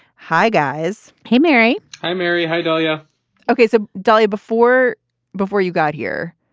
hi, guys. hey, mary. hi, mary. hi, dalia ok. so dalia, before before you got here,